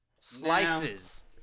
Slices